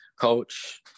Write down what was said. coach